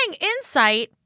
insight